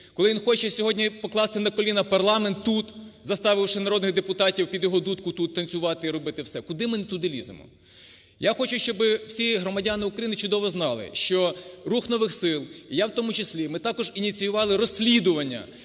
коли він хоче сьогодні покласти на коліна парламент тут, заставивши народних депутатів під його дудку тут танцювати і робити все? Куди ми не туди ліземо? Я хочу, щоб всі громадяни України чудово знали, що "Рух нових сил" і я в тому числі, ми також ініціювали розслідування